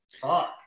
fuck